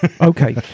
Okay